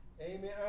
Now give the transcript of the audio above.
Amen